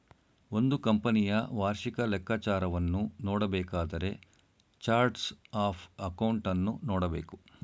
ಒಂದು ಕಂಪನಿಯ ವಾರ್ಷಿಕ ಲೆಕ್ಕಾಚಾರವನ್ನು ನೋಡಬೇಕಾದರೆ ಚಾರ್ಟ್ಸ್ ಆಫ್ ಅಕೌಂಟನ್ನು ನೋಡಬೇಕು